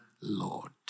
Lord